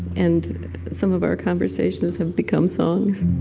and some of our conversations have become songs.